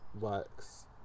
works